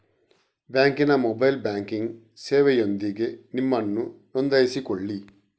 ಬ್ಯಾಂಕಿನ mobile banking ಸೇವೆಯೊಂದಿಗೆ ನಿಮ್ಮನ್ನು ನೋಂದಾಯಿಸಿಕೊಳ್ಳಿ